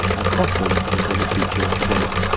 and crossing became a feature of the game.